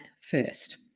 first